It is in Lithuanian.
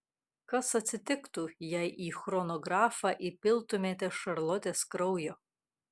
kas atsitiktų jei į chronografą įpiltumėte šarlotės kraujo